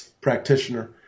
practitioner